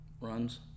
runs